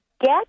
get